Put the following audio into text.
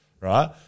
right